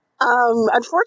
unfortunately